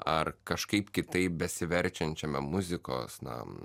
ar kažkaip kitaip besiverčiančiame muzikos na